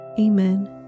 Amen